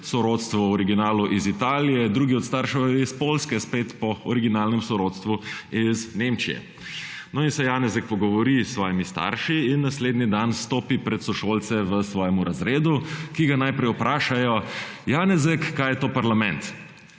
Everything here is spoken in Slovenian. sorodstvu v originalu iz Italije, drugi od staršev je iz Poljske spet po originalnem sorodstvu iz Nemčije. Janez se pogovori s svojimi starši. Naslednji dan stopi pred sošolce v svojemu razredu, ki ga najprej vprašajo: »Janezek, kaj je to parlament?«